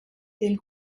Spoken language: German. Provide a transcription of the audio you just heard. der